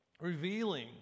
Revealing